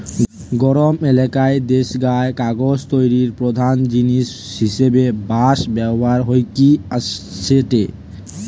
গরম এলাকার দেশগায় কাগজ তৈরির প্রধান জিনিস হিসাবে বাঁশ ব্যবহার হইকি আসেটে